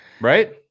right